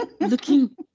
looking